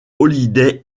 holiday